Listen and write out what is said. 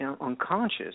unconscious